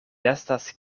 estas